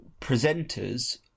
presenters